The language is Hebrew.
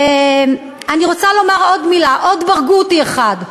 אני רוצה לומר עוד מילה, עוד ברגותי אחד,